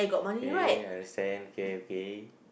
okay understand okay okay